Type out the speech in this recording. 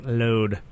load